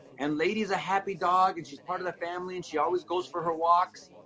and lady is a happy dog and she's part of the family and she always goes for her walks.